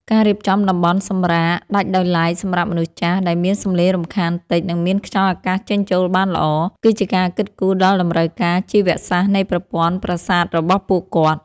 ការរៀបចំតំបន់សម្រាកដាច់ដោយឡែកសម្រាប់មនុស្សចាស់ ដែលមានសម្លេងរំខានតិច និងមានខ្យល់អាកាសចេញចូលបានល្អ គឺជាការគិតគូរដល់តម្រូវការជីវសាស្ត្រនៃប្រព័ន្ធប្រសាទរបស់ពួកគាត់។